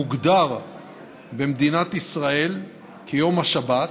המוגדר במדינת ישראל כיום השבת,